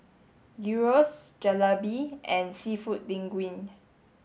Gyros Jalebi and Seafood Linguine